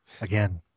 again